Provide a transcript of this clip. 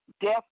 death